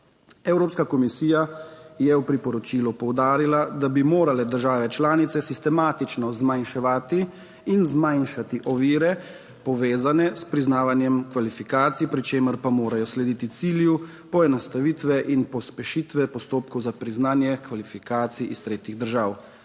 Evropska komisija je v priporočilu poudarila, da bi morale države članice sistematično zmanjševati in zmanjšati ovire, povezane s priznavanjem kvalifikacij, pri čemer pa morajo slediti cilju poenostavitve in pospešitve postopkov za priznanje kvalifikacij iz tretjih držav.